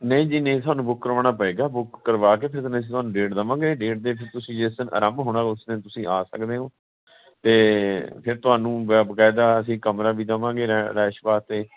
ਨਹੀਂ ਜੀ ਨਹੀਂ ਤੁਹਾਨੂੰ ਬੁੱਕ ਕਰਵਾਉਣਾ ਪਏਗਾ ਬੁੱਕ ਕਰਵਾ ਕੇ ਅਤੇ ਅਸੀਂ ਤੁਹਾਨੂੰ ਡੇਟ ਦੇਵਾਂਗੇ ਡੇਟ ਦੇਖ ਕੇ ਤੁਸੀਂ ਜਿਸ ਦਿਨ ਆਰੰਭ ਹੋਣਾ ਉਸ ਦਿਨ ਤੁਸੀਂ ਆ ਸਕਦੇ ਹੋ ਅਤੇ ਫਿਰ ਤੁਹਾਨੂੰ ਬ ਬਕਾਇਦਾ ਅਸੀਂ ਕਮਰਾ ਵੀ ਦੇਵਾਂਗੇ ਰਹਿਣ ਰਿਹਾਇਸ਼ ਵਾਸਤੇ